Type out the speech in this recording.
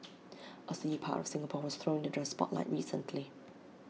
A seedy part of Singapore was thrown into the spotlight recently